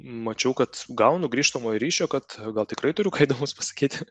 mačiau kad gaunu grįžtamojo ryšio kad gal tikrai turiu ką įdomaus pasakyti